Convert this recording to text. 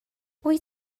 wyt